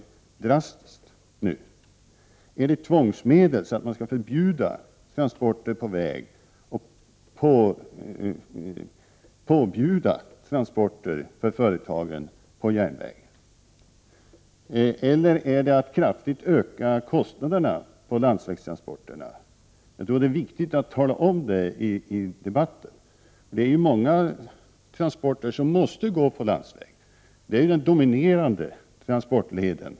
Vill Roy Ottosson tillgripa tvångsmedel och förbjuda transporter på väg och påbjuda transporter på järnväg, eller vill Roy Ottosson kraftigt öka kostnaderna för landsvägstransporterna? Jag tror att det är viktigt att tala om detta i debatten. Det är nämligen många transporter som måste ske på landsväg. Landsvägen är ju den dominerande transportleden.